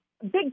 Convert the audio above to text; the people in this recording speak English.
big